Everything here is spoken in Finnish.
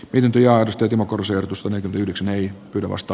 yhtiö osti timo kuru sijoitus oli yhdeksän eli yli vasta